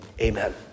Amen